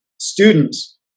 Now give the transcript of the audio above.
Students